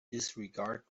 disregard